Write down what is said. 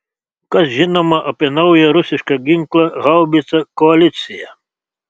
kas žinoma apie naują rusišką ginklą haubicą koalicija